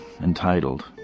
entitled